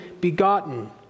begotten